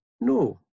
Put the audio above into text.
no